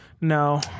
No